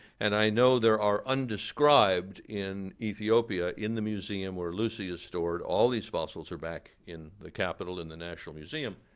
and i know there are undescribed in ethiopia in the museum where lucy is stored, all these fossils are back in the capital in the national museum,